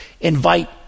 invite